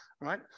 Right